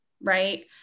right